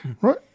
Right